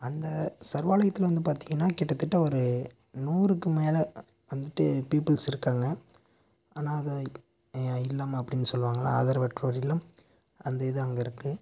அந்த சர்வாலயத்தில் வந்து பார்த்திங்கன்னா கிட்டத்தட்ட ஒரு நூறுக்கு மேல் வந்துட்டு பீப்புல்ஸ் இருக்காங்க அனாதை இல்லம் அப்படின்னு சொல்லுவார்கள்ல ஆதரவற்றோர் இல்லம் அந்த இது அங்கேருக்கு